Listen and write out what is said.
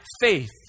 faith